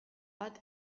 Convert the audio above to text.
bat